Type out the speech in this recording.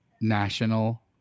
National